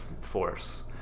force